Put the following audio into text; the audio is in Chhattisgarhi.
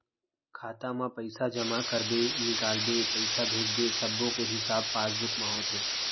खाता म पइसा जमा करबे, निकालबे, पइसा भेजबे सब्बो के हिसाब पासबुक म होथे